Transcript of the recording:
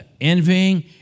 envying